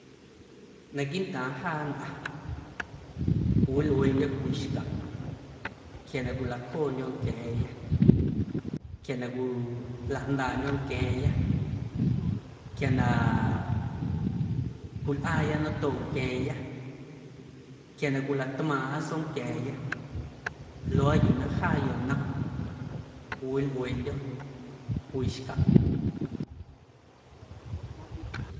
Naquiiꞌntaaⁿ jaa nnꞌaⁿ cwiwilꞌueeꞌndyo̱ cwii xcaꞌ quia na cwilacjoondyo̱ nquia̱a̱ⁿya, quia na cwiꞌuu lajndaaꞌndyo̱ nquia̱a̱ⁿya, quia na cwilꞌaaya natooꞌ nquia̱a̱ⁿya, quia na cwilatꞌmaaⁿꞌa soonquia̱a̱ⁿya luaaꞌ yuu na jaa yonom cwiwilꞌueeꞌndyo̱ cwii xcaꞌ.